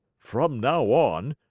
from now on,